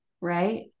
right